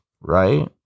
right